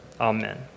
Amen